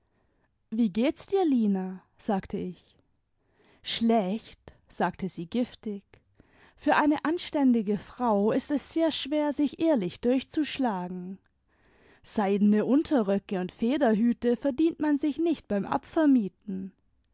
wie geht dir's lina sagte ich schlecht sagte sie giftig für eine anständige frau ist es sehr schwer sich ehrlich durchzuschlagen seidene unterröcke und federhüte verdient man sich nicht beim